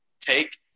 Take